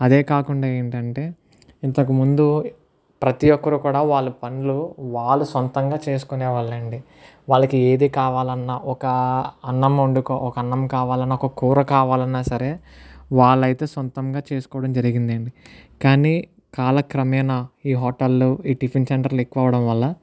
అదే కాకుండా ఏంటంటే ఇంతకు ముందు ప్రతీ ఒక్కరు కూడా వాళ్ళ పనులు వాళ్ళు సొంతంగా చేసుకునేవాళ్ళండి వాళ్లకు ఏది కావాలన్నా ఒక అన్నం వండు ఒక అన్నం కావాలన్న ఒక కూర కావాలన్నా సరే వాళ్ళైతే సొంతంగా చేసుకోవడం జరిగిందండి కానీ కాలక్రమేణా ఈ హోటళ్లు ఈ టిఫిన్ సెంటర్లు ఎక్కువ అవ్వడం వల్ల